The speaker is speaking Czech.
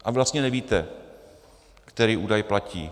A vy vlastně nevíte, který údaj platí.